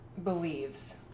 Believes